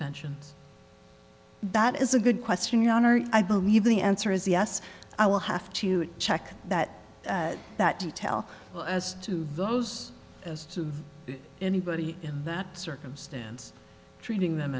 mentions that is a good question your honor i believe the answer is yes i will have to check that that detail well as to those as to anybody in that circumstance treating them